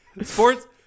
Sports